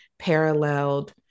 paralleled